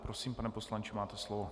Prosím, pane poslanče, máte slovo.